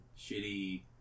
shitty